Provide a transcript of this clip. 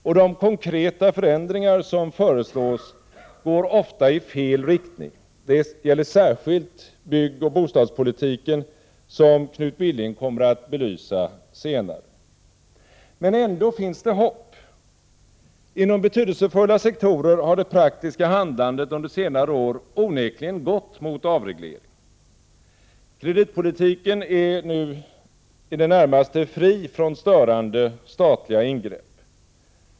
Och de konkreta förändringar som föreslås går ofta i fel riktning — det gäller särskilt byggoch bostadspolitiken, som Knut Billing kommer att belysa senare i debatten. Men ändå finns det hopp. Inom betydelsefulla sektorer har det praktiska handlandet under senare år onekligen gått mot avreglering. Kreditpolitiken är numera i det närmaste fri från störande statliga ingrepp.